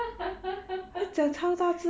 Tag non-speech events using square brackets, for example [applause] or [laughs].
[laughs] [breath]